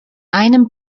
einem